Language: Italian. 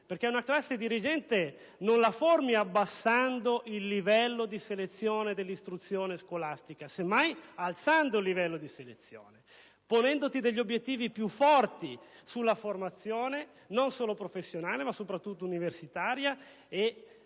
perché una classe dirigente non si forma abbassando il livello di selezione dell'istruzione scolastica, semmai facendo il contrario e ponendosi degli obiettivi più forti sulla formazione non solo professionale, ma soprattutto universitaria e su quella